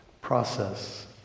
Process